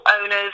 owners